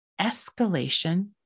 escalation